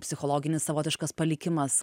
psichologinis savotiškas palikimas